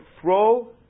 throw